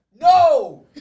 No